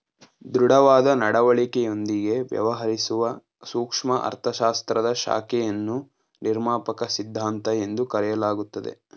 ದೃಢವಾದ ನಡವಳಿಕೆಯೊಂದಿಗೆ ವ್ಯವಹರಿಸುವ ಸೂಕ್ಷ್ಮ ಅರ್ಥಶಾಸ್ತ್ರದ ಶಾಖೆಯನ್ನು ನಿರ್ಮಾಪಕ ಸಿದ್ಧಾಂತ ಎಂದು ಕರೆಯಲಾಗುತ್ತದೆ